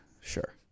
Sure